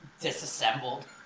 disassembled